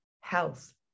health